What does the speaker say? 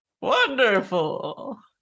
Wonderful